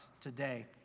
today